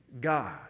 God